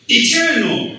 eternal